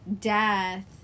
death